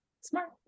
Smart